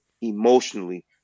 emotionally